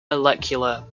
molecular